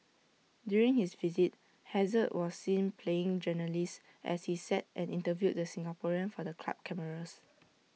during his visit hazard was seen playing journalist as he sat and interviewed the Singaporean for the club cameras